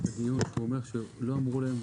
הוא אומר שלא הודיעו להם.